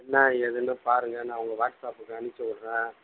என்ன ஏதுன்னு பாருங்க நான் உங்கள் வாட்ஸ்அப்புக்கு அனுப்ச்சு விட்றேன்